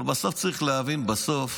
צריך להבין, בסוף